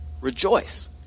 rejoice